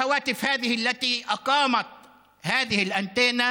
למשרד האוצר,